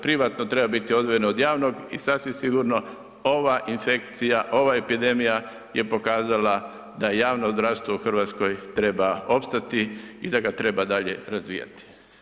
Privatno treba bit odvojeno od javnog i sasvim sigurno ova infekcija, ova epidemija je pokazala da javno zdravstvo u RH treba opstati i da ga treba dalje razvijati.